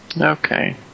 Okay